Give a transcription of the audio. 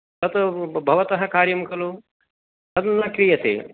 तत् भवतः कार्यं खलु तन्न क्रियते